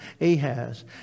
Ahaz